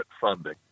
funding